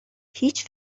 هیچ